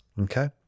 Okay